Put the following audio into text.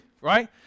right